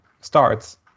starts